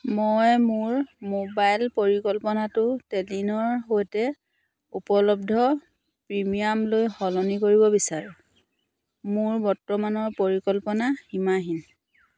মই মোৰ মোবাইল পৰিকল্পনাটো টেলিনৰ সৈতে উপলব্ধ প্ৰিমিয়ামলৈ সলনি কৰিব বিচাৰোঁ মোৰ বৰ্তমানৰ পৰিকল্পনা সীমাহীন